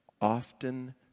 often